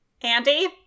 Andy